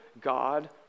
God